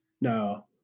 No